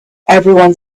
everyone